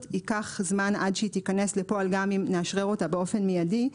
ייקח זמן עד שהיא תיכנס לפועל גם אם נאשרר אותה באופן מיידי,